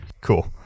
Cool